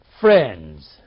friends